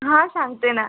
हां सांगते ना